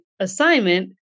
Assignment